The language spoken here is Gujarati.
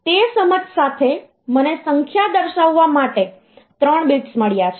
તેથી તે સમજ સાથે મને સંખ્યા દર્શાવવા માટે 3 બિટ્સ મળ્યા છે